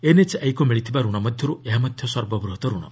ଏନ୍ଏଚ୍ଏଆଇକୁ ମିଳିଥିବା ଋଣ ମଧ୍ୟରୁ ଏହା ମଧ୍ୟ ସର୍ବବୃହତ୍ ରଣ